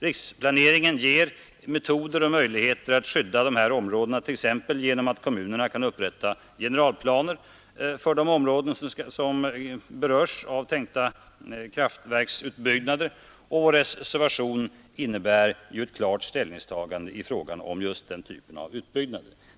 Riksplaneringen ger metoder och möjligheter att skydda de här områdena, t.ex. genom att kommunerna kan upprätta generalplaner för de områden som berörs av tänkta kraftverksutbyggnader. Vår reservation innebär alltså ett klart ställningstagande i fråga om just den typen av utbyggnader.